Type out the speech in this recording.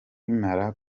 nkimara